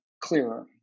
clearer